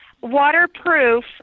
Waterproof